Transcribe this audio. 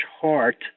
heart